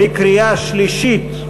בקריאה שלישית.